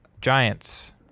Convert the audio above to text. Giants